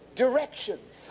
Directions